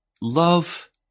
love